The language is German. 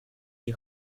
die